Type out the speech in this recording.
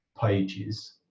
pages